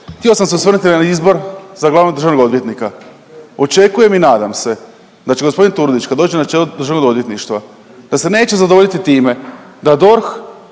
Htio sam se osvrnuti na izbor za glavnog državnog odvjetnika. Očekujem i nadam se da će g. Turudić kad dođe na čelo Državnog odvjetništva da se neće zadovoljiti time da DORH,